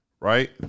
Right